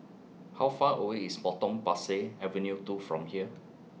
How Far away IS Potong Pasir Avenue two from here